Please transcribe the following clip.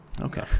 Okay